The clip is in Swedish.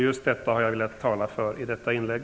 Just detta har jag talat för i mitt inlägg.